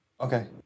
okay